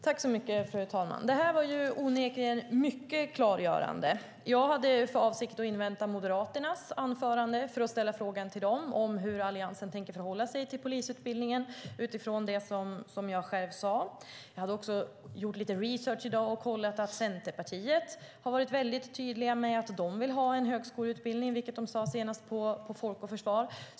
Fru talman! Det var onekligen mycket klargörande. Jag hade för avsikt att invänta Moderaternas anförande för att fråga dem hur Alliansen tänker förhålla sig till polisutbildningen utifrån det jag sade. Jag har också gjort lite research i dag och kollat att Centerpartiet varit tydliga med att de vill ha en högskoleutbildning, något de sade senast på Folk och Försvar.